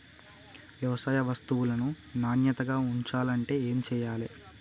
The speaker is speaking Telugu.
వ్యవసాయ వస్తువులను నాణ్యతగా ఉంచాలంటే ఏమి చెయ్యాలే?